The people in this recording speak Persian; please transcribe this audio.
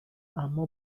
اما